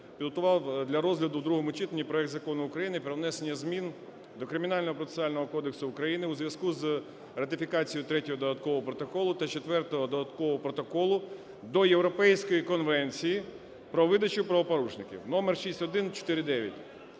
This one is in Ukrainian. підготував для розгляду у другому читанні проект Закону України про внесення змін до Кримінального процесуального кодексу України у зв'язку з ратифікацією Третього додаткового протоколу та Четвертого додаткового протоколу до Європейської конвенції про видачу правопорушників (№ 6149).